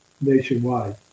nationwide